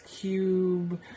cube